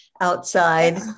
outside